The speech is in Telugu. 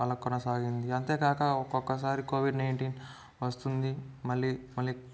అలా కొనసాగింది అంతేకాక ఒకొక్కసారి కోవిడ్ నైన్టీన్ వస్తుంది మళ్ళీ మళ్ళీ